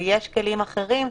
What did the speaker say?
ויש כלים אחרים.